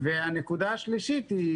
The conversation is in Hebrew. הנקודה השלישית היא,